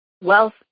wealth